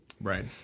Right